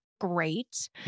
great